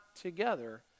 together